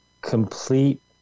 complete